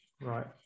right